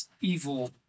evil